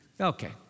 Okay